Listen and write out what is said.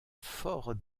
fort